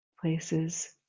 places